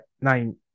nine